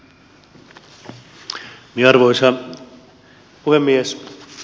arvoisa puhemies